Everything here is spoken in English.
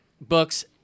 books